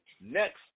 next